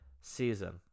season